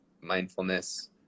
mindfulness